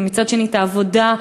ומצד שני את העבודה,